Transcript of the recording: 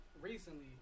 recently